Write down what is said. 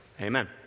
Amen